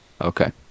Okay